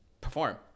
perform